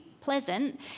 pleasant